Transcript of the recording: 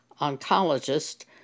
oncologist